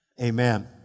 Amen